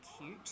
cute